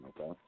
okay